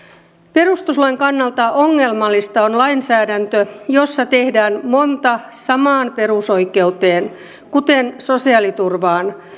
perustuslain kannalta ongelmallista on lainsäädäntö jossa tehdään monta samaan perusoikeuteen kuten sosiaaliturvaan